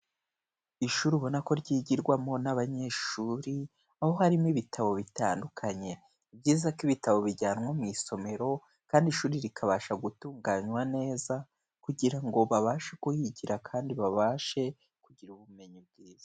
Ishuri ubona ko ryigirwamo n'abanyeshuri, aho harimo ibitabo bitandukanye. Ni byiza ko ibitabo bijyanwa mu isomero, kandi ishuri rikabasha gutunganywa neza kugira ngo babashe kuhigira, kandi babashe kugira ubumenyi bwiza.